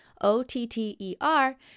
O-T-T-E-R